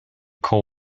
coal